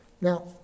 Now